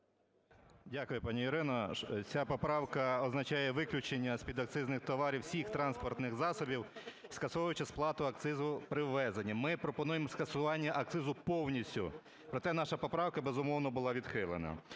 Дякую, пані Ірино. Ця поправка означає виключення з підакцизних товарів всіх транспортних засобів, скасовуючи сплату акцизу при ввезенні. Ми пропонуємо скасування акцизу повністю, проте наша поправка, безумовно, була відхилена.